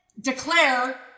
declare